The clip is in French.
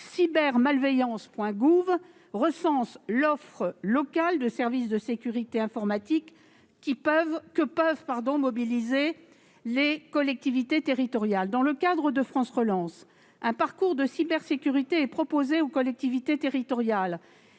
cybermalveillance.gouv.fr recense l'offre locale de services de sécurité informatique que peuvent mobiliser les collectivités territoriales. Dans le cadre de France Relance, un parcours de cybersécurité est proposé aux collectivités territoriales,